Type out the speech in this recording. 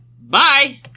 Bye